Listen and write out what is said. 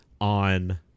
on